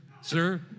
Sir